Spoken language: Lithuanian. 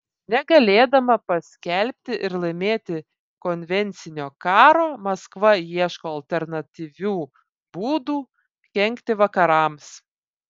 negalėdama paskelbti ir laimėti konvencinio karo maskva ieško alternatyvių būdų kenkti vakarams